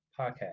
podcast